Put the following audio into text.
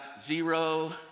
zero